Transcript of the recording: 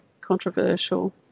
controversial